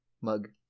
Mug